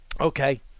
okay